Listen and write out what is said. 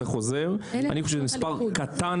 הנושא הזה, אתה צודק.